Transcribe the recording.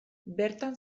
bertan